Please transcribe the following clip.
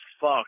fuck